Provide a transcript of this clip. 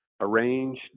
arrange